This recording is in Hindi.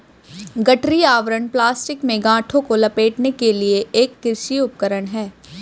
गठरी आवरण प्लास्टिक में गांठों को लपेटने के लिए एक कृषि उपकरण है